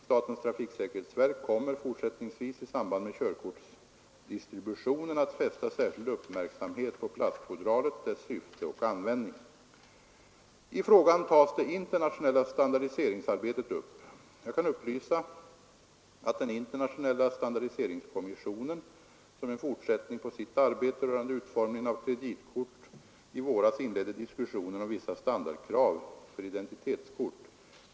Statens trafiksäkerhetsverk kommer fortsättningsvis i samband med körkortsdistributionen att fästa särskild uppmärksamhet på plastfodralet, dess syfte och användning. I frågan tas det internationella standardiseringsarbetet upp. Jag kan upplysa att den internationella standardiseringskommissionen som en fortsättning på sitt arbete rörande utformningen av kreditkort i våras inledde diskussioner om vissa standardkrav för identitetskort.